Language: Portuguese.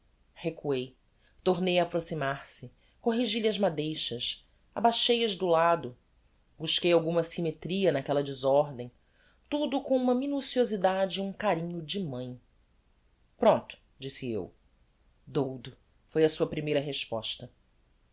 recuei tornei a aproximar me corrigi lhe as madeixas abaixei as do um lado busquei alguma symetria naquella desordem tudo com unia minuciosidade e um carinho de mãe prompto disse eu doudo foi a sua primeira resposta